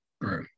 Right